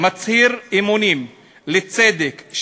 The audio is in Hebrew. מצהיר אמונים לצדק,